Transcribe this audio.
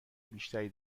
بیشتری